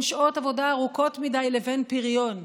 שעות עבודה ארוכות מדי לבין פריון,